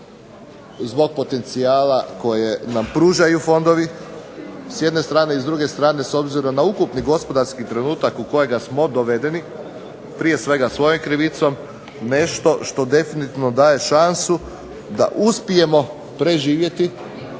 zbog potencijala koje nam pružaju fondovi s jedne strane, i s druge strane s obzirom na ukupni gospodarski trenutak u kojega smo dovedeni, prije svega svojom krivicom, nešto što definitivno daje šansu da uspijemo preživjeti,